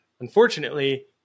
Unfortunately